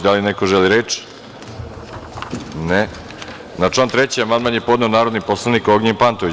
Da li neko želi reč? (Ne.) Na član 3. amandman je podneo narodni poslanik Ognjen Pantović.